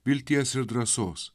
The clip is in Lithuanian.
vilties ir drąsos